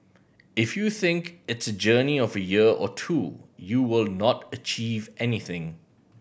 if you think it's journey of year or two you will not achieve anything